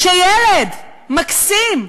כשילד מקסים,